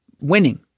winning